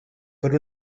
per